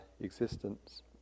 existence